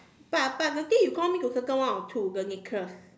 but but the thing you call me to circle one or two the necklace